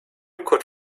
could